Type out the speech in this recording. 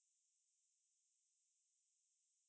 நா நடுல ரெண்டு வருசம்:naa nadula rendu varusam rugby